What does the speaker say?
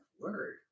word